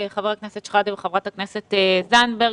חבר הכנסת אנטאנס שחאדה וחברת הכנסת תמר זנדברג.